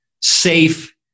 safe